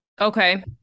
Okay